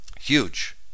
Huge